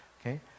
Okay